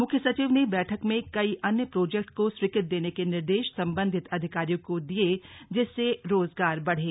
मुख्य सचिव ने बैठक में कई अन्य प्रोजेक्ट को स्वीकृति देने के निर्देश संबंधित अधिकारियों को दिये जिससे रोजगार बढ़े